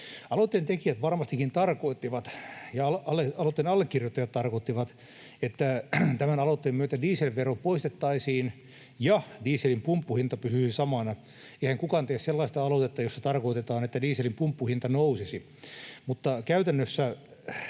Aloitteen tekijät ja aloitteen allekirjoittajat varmastikin tarkoittivat, että tämän aloitteen myötä dieselvero poistettaisiin ja dieselin pumppuhinta pysyisi samana. Eihän kukaan tee sellaista aloitetta, jossa tarkoitetaan, että dieselin pumppuhinta nousisi,